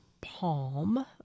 palm